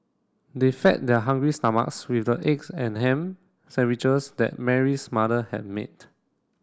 they fed their hungry stomachs with the eggs and ham sandwiches that Mary's mother had made